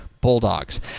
Bulldogs